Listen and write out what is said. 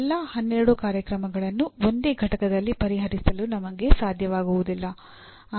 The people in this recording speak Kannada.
ಎಲ್ಲಾ 12 ಕಾರ್ಯಕ್ರಮಗಳನ್ನು ಒಂದೇ ಘಟಕದಲ್ಲಿ ಪರಿಹರಿಸಲು ನಮಗೆ ಸಾಧ್ಯವಾಗುವುದಿಲ್ಲ